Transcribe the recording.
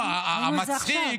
ראינו את זה עכשיו.